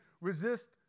resist